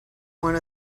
one